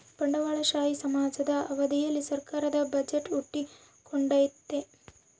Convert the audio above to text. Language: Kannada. ಬಂಡವಾಳಶಾಹಿ ಸಮಾಜದ ಅವಧಿಯಲ್ಲಿ ಸರ್ಕಾರದ ಬಜೆಟ್ ಹುಟ್ಟಿಕೊಂಡೈತೆ